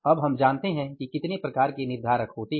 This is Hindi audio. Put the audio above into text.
अब हम जानते हैं कि कितने प्रकार के निर्धारक होते हैं